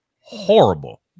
horrible